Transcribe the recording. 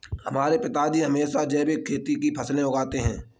मेरे पिताजी हमेशा जैविक खेती की फसलें उगाते हैं